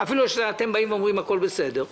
אפילו שאתם באים ואומרים שהכול בסדר,